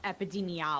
epidemiology